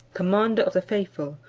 commander of the faithful,